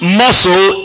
muscle